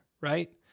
right